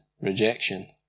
rejection